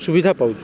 ସୁବିଧା ପାଉଛୁ